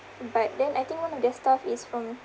but then I think one of their staff is from